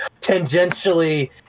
tangentially